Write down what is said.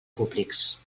públics